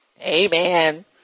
amen